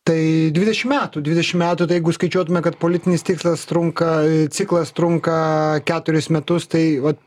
tai dvidešim metų dvidešim metų tai jeigu skaičiuotume kad politinis tikslas trunka ciklas trunka keturis metus tai vat